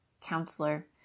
counselor